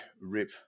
rip